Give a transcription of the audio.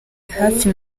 hafi